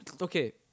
Okay